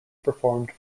performed